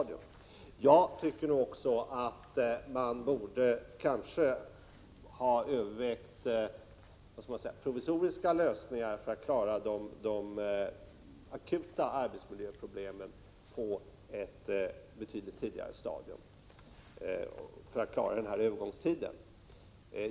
Jag tycker också att man på ett betydligt tidigare stadium kanske borde ha övervägt provisoriska lösningar under en övergångstid för att klara de akuta arbetsmiljöproblemen.